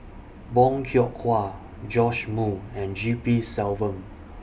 Bong Hiong Hwa Joash Moo and G P Selvam